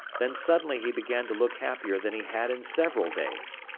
then suddenly he began to look happier than he had in several days.